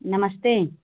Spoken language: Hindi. नमस्ते